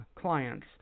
clients